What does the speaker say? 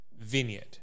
vineyard